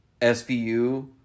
SVU